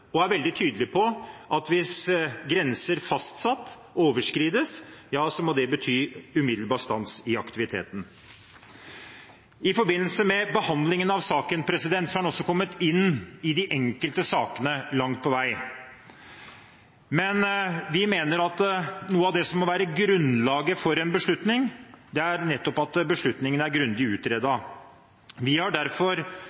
og er veldig tydelig på at hvis grenser som er fastsatt, overskrides, må det bety en umiddelbar stans i aktiviteten. I forbindelse med behandlingen av saken har en også kommet inn i de enkelte sakene langt på vei, men vi mener at noe av det som må være grunnlaget for en beslutning, er nettopp at beslutningen er grundig utredet. Vi har derfor